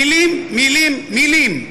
מילים, מילים, מילים.